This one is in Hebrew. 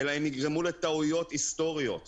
אבל הם יגרמו לטעויות היסטוריות ביהירות,